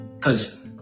Cause